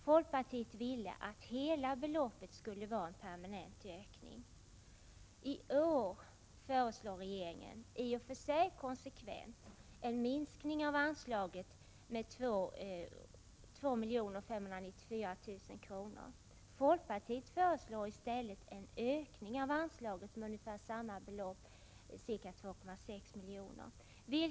Folkpartiet ville att hela beloppet skulle vara en permanent ökning. I år föreslår regeringen — i och för sig konsekvent — en minskning av anslaget med 2 594 000 kr. Folkpartiet föreslår i stället en ökning av anslaget med ungefär samma belopp, dvs. 2,6 milj.kr.